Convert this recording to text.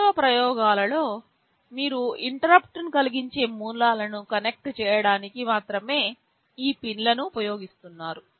వాస్తవ ప్రయోగాలలో మీరు ఇంటరుప్పుట్ కలిగించే మూలాలను కనెక్ట్ చేయడానికి మాత్రమే ఈ పిన్లను ఉపయోగిస్తున్నారు